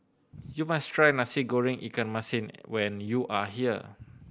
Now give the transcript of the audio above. you must try Nasi Goreng ikan masin when you are here